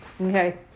Okay